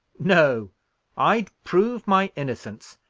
no i'd prove my innocence,